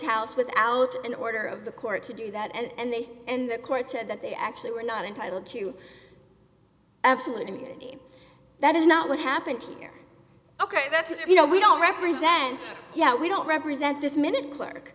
house without an order of the court to do that and they said and the court said that they actually were not entitled to absolute immunity that is not what happened here ok that's if you know we don't represent yeah we don't represent this minute clerk